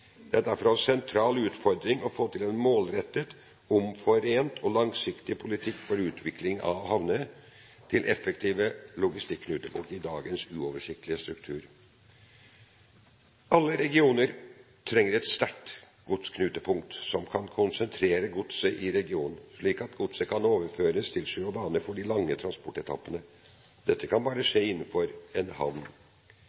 Det er derfor en sentral utfordring å få til en målrettet, omforent og langsiktig politikk for utvikling av havner til effektive logistikknutepunkt i dagens uoversiktlige struktur. Alle regioner trenger et sterkt godsknutepunkt som kan konsentrere godset i regionen, slik at godset kan overføres til sjø og bane for de lange transportetappene. Dette kan bare